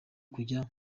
kujya